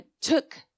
took